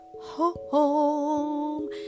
home